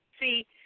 See